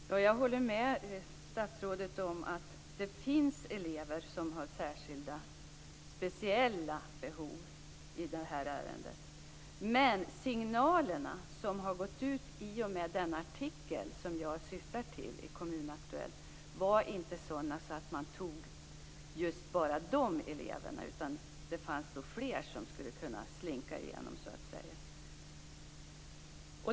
Herr talman! Jag håller med statsrådet om att det finns elever som har speciella behov i det här ärendet. Men de signaler som gick ut i den artikel i Kommun Aktuellt som jag syftar på handlade inte bara om just de eleverna. Det fanns fler som skulle kunna slinka igenom.